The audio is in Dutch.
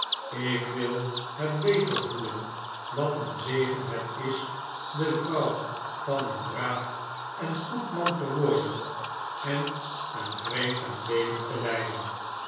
ik wil het beter voelen wat een zegen het is de vrouw van een braaf en goed man te worden en een vreedzaam leven te leiden